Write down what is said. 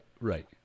right